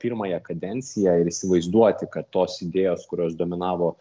pirmąją kadenciją ir įsivaizduoti kad tos idėjos kurios dominavo